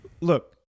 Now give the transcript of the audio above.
look